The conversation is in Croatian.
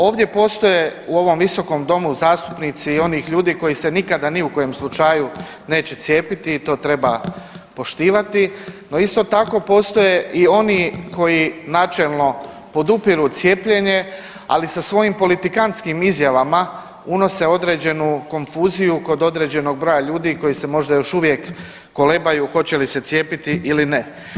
Ovdje postoje u ovom Visokom domu zastupnici i onih ljudi koji se nikada ni u kojem slučaju neće cijepiti i to treba poštivati, no, isto tako, postoje i oni koji načelno podupiru cijepljenje, ali sa svojim politikantskim izjavama unose određenu konfuziju kod određenog broja ljudi koji se možda još uvijek kolebaju hoće li se cijepiti ili ne.